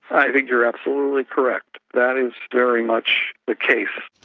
i think you are absolutely correct, that is very much the case.